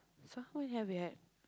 so who have we have